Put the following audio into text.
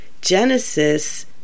Genesis